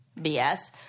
BS